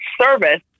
service